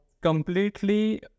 completely